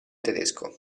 tedesco